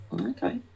Okay